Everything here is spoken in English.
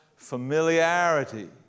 familiarity